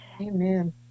Amen